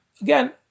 again